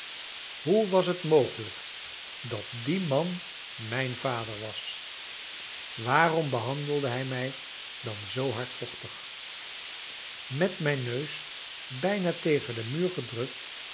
hoe was het mogelijk dat die man mijn vader was waarom behandelde hij mij dan zoo hardvochtig met mijn neus bijna tegen den muur gedrukt